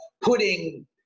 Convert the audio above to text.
putting